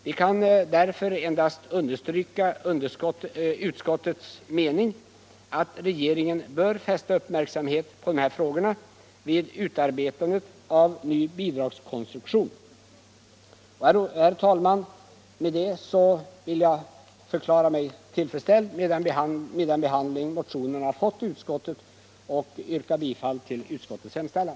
Vi kan därför endast understryka utskottets mening att regeringen bör fästa uppmärksamhet vid frågorna då ny bidragskonstruktion utarbetas. Herr talman! Med detta vill jag förklara mig tillfredsställd med den behandling som motionerna har fått i utskottet, och jag yrkar bifall till utskottets hemställan.